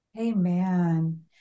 Amen